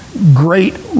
Great